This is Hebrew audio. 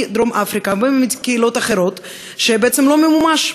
מדרום-אפריקה ומקהילות אחרות שבעצם לא ממומש.